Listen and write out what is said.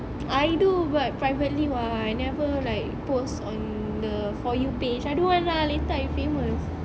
I do but privately [what] I never like post on the for you page I don't want lah later I famous